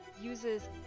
uses